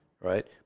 right